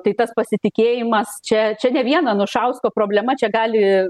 tai tas pasitikėjimas čia čia ne vien anušausko problema čia gali